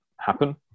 happen